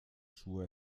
schuhe